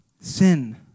Sin